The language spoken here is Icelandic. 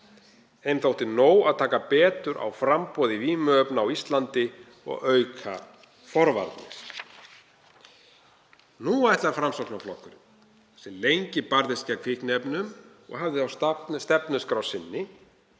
þótti nóg að taka betur á framboði vímuefna á Íslandi og auka forvarnir. Nú ætlar Framsóknarflokkurinn, sem lengi barðist gegn fíkniefnum og hafði á stefnuskrá sinni